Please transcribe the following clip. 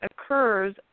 occurs